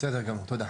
בסדר גמור, תודה.